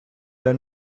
d’un